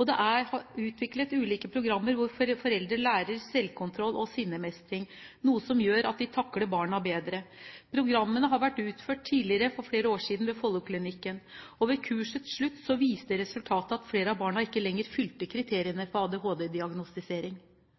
og det er utviklet ulike programmer hvor foreldre lærer selvkontroll og sinnemestring, noe som gjør at de takler barna bedre. Programmene har vært utført tidligere, for flere år siden, ved Folloklinikken, og ved kursets slutt viste resultatet at flere av barna ikke lenger fylte kriteriene for